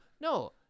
No